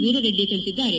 ವೀರರೆಡ್ಡಿ ತಿಳಿಸಿದ್ದಾರೆ